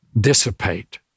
dissipate